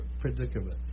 predicament